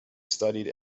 studied